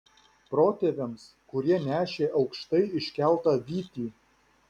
protėviams kurie nešė aukštai iškeltą vytį